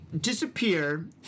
disappear